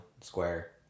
square